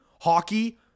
hockey